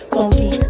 Funky